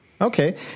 Okay